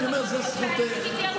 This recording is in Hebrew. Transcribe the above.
אמרתם לפחות חודשיים וחיכיתי ארבעה חודשים,